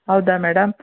ಹೌದಾ ಮೇಡಮ್